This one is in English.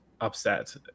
upset